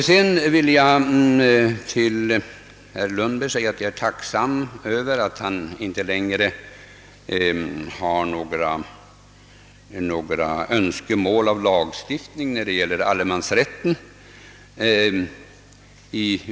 Jag är tacksam för att herr Lundberg inte längre har några önskemål om lagstiftning beträffande allemansrätten.